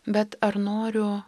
bet ar noriu